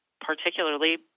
particularly